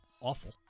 awful